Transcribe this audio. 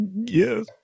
yes